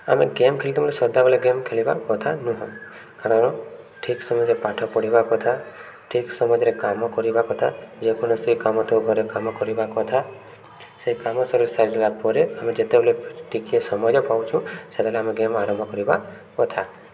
ଆମେ ଗେମ୍ ଖେଳିଥାଉ ସଦାବେଳେ ଗେମ୍ ଖେଳିବା କଥା ନୁହଁ କାରଣ ଠିକ୍ ସମୟରେ ପାଠ ପଢ଼ିବା କଥା ଠିକ୍ ସମୟରେ କାମ କରିବା କଥା ଯେକୌଣସି କାମ ଥାଉ ଘରେ କାମ କରିବା କଥା ସେଇ କାମ ସରି ସାରିଲା ପରେ ଆମେ ଯେତେବେଳେ ଟିକେ ସମୟ ପାଉଛୁ ସେତେବେଳେ ଆମେ ଗେମ୍ ଆରମ୍ଭ କରିବା କଥା